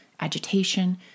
agitation